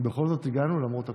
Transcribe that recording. בכל זאת הגענו, למרות הכול.